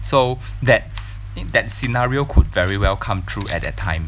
so that's that scenario could very well come true at that time